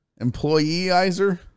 employeeizer